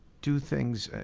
do things,